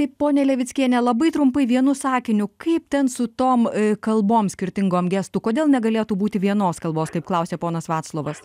taip ponia levickiene labai trumpai vienu sakiniu kaip ten su tom kalbom skirtingom gestų kodėl negalėtų būti vienos kalbos kaip klausė ponas vaclovas